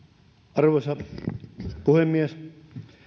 arvoisa puhemies